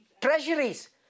Treasuries